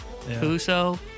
Puso